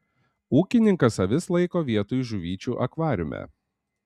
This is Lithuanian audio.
ūkininkas avis laiko vietoj žuvyčių akvariume